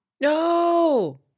No